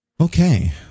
Okay